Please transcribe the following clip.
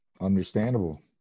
Understandable